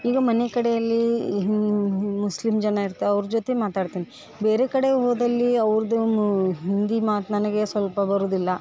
ಈಗ ಮನೆ ಕಡೆಯಲ್ಲಿ ಹಿನ್ ಮುಸ್ಲಿಮ್ ಜನ ಇರ್ತ ಅವ್ರ ಜೊತೆ ಮಾತಾಡ್ತೀನಿ ಬೇರೆ ಕಡೆ ಹೋದಲ್ಲಿ ಅವ್ರದ್ದು ಮು ಹಿಂದಿ ಮಾತು ನನಗೆ ಸ್ವಲ್ಪ ಬರುವುದಿಲ್ಲ